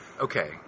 Okay